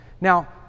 Now